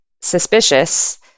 suspicious